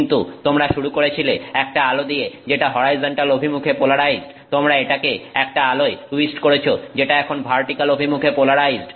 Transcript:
কিন্তু তোমরা শুরু করেছিলে একটা আলো নিয়ে যেটা হরাইজন্টাল অভিমুখে পোলারাইজড তোমরা এটাকে একটা আলোয় টুইস্ট করেছ যেটা এখন ভার্টিক্যাল অভিমুখে পোলারাইজড